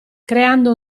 creando